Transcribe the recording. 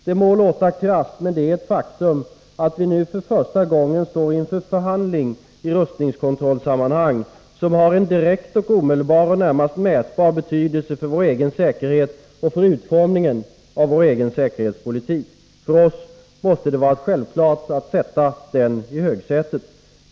Det må låta krasst, men faktum är att vi nu för första gången står inför en förhandling i rustningskontrollsammanhang som har direkt och omedelbar, närmast mätbar betydelse för vår egen säkerhet och för utformningen av vår egen säkerhetspolitik. För oss måste det vara självklart att sätta den i högsätet.